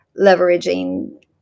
leveraging